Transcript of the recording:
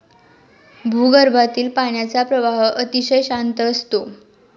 भूगर्भातील पाण्याचा प्रवाह अतिशय शांत असतो